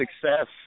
success